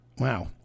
Wow